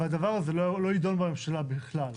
והדבר הזה לא ידון בממשלה בכלל.